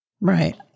Right